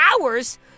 hours